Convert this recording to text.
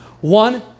One